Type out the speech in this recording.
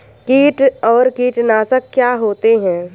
कीट और कीटनाशक क्या होते हैं?